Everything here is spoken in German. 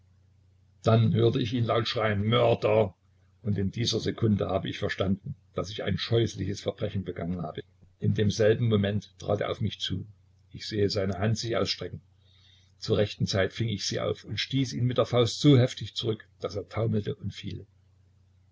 dann hört ich ihn laut schreien mörder und in dieser sekunde hab ich verstanden daß ich ein scheußliches verbrechen begangen habe in demselben moment trat er auf mich zu ich sehe seine hand sich ausstrecken zur rechten zeit fing ich sie auf und stieß ihn mit der faust so heftig zurück daß er taumelte und fiel